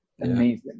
amazing